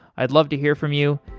i'd love to hear from you.